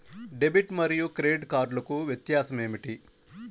Debit మరియు credit కార్డ్లకు వ్యత్యాసమేమిటీ?